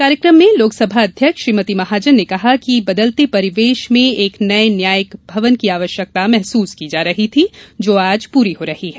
कार्यकम में लोकसभा अध्यक्ष श्रीमती महाजन ने कहा कि बदलते परिवेश में एक नये न्यायिक भवन की अवश्यकता महसूस की जा रही थी जो आज पूरी हो रही है